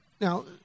Now